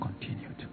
continued